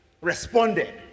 responded